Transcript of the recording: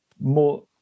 more